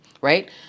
right